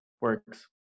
works